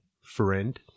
friend